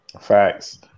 Facts